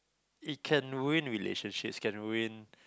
it can ruin relationships it can win